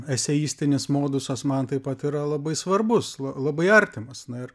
eseistinis modusas man taip pat yra labai svarbus la labai artimas na ir